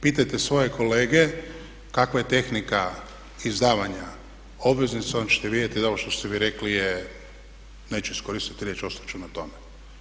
Pitajte svoje kolege kakva je tehnika izdavanja obveznica, onda ćete vidjeti da ovo što ste vi rekli je neću iskoristiti riječ, ostat ću na tome.